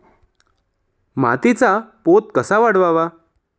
मातीचा पोत कसा वाढवावा?